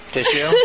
Tissue